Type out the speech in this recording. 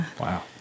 Wow